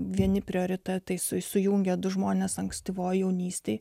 vieni prioritetai sujungia du žmones ankstyvoje jaunystėje